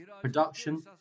production